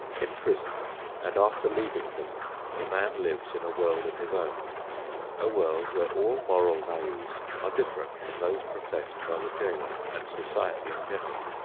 in prison and after leaving prison, the man lives in a world of his own a world where all moral values are different from those professed by the jailer and society in general.